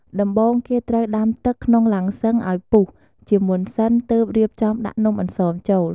ដំបូងគេត្រូវដាំទឹកក្នុងឡាំងសុឹងឱ្យពុះជាមុនសិនទើបរៀបចំដាក់នំអន្សមចូល។